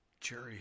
Jerry